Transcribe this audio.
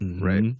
right